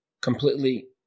completely